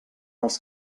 els